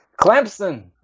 clemson